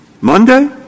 Monday